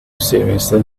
seriously